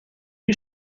you